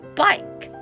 bike